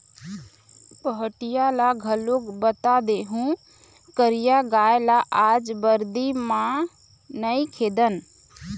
पहाटिया ल घलोक बता देहूँ करिया गाय ल आज बरदी म नइ खेदन